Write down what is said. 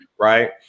Right